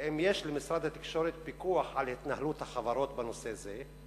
האם יש למשרד התקשורת פיקוח על התנהלות החברות בנושא זה?